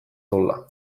tulla